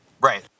Right